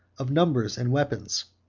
of numbers and weapons.